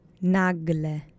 NAGLE